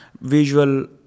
visual